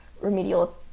remedial